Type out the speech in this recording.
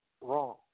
wrong